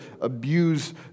abuse